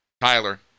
Tyler